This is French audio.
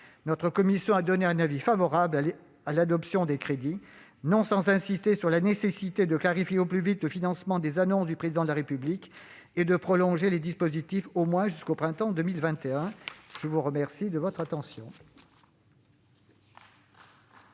Notre commission a émis un avis favorable sur l'adoption des crédits, non sans insister sur la nécessité de clarifier au plus vite le financement des annonces du Président de la République et de prolonger les dispositifs au moins jusqu'au printemps 2021. La parole est à M.